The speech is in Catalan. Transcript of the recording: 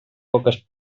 poques